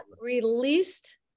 released